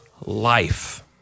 life